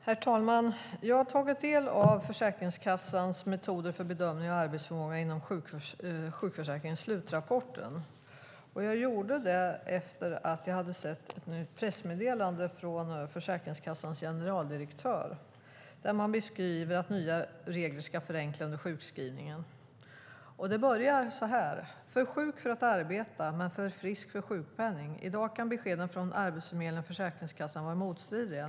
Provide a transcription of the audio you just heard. Herr talman! Jag har tagit del av Försäkringskassans Metoder för bedömning av arbetsförmåga inom sjukförsäkringen - slutrapport . Jag gjorde det efter att jag hade sett ett pressmeddelande från Försäkringskassans generaldirektör där man beskrev att nya regler ska förenkla under sjukskrivningen. Det började så här: "För sjuk för att arbeta. Men för frisk för sjukpenning. I dag kan beskeden från Arbetsförmedlingen och Försäkringskassan vara motstridiga.